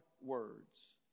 words